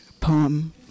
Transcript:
poem